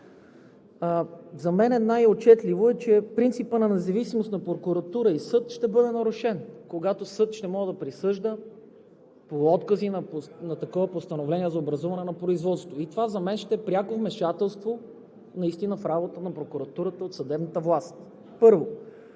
За мен най-отчетливо е, че принципът на независимост на прокуратура и съд ще бъде нарушен, когато съд ще може да присъжда по откази на такова постановление за образуване на производство. Това за мен ще е пряко вмешателство в работата на прокуратурата от съдебната власт.